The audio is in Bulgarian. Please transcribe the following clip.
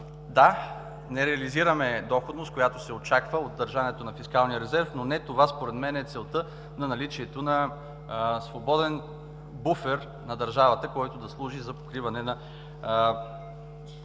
Да, не реализираме доходност, която се очаква от държането на фискалния резерв, но не това според мен е целта на наличието на свободен буфер на държавата, който да служи за покриване на плащания,